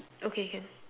okay can